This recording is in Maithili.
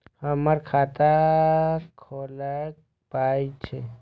हमर खाता खौलैक पाय छै